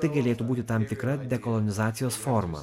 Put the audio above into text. tai galėtų būti tam tikra dekolonizacijos forma